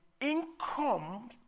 income